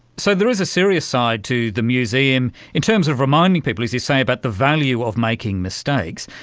so there is a serious side to the museum in terms of reminding people, as you say, about the value of making mistakes.